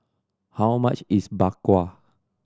how much is Bak Kwa